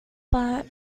but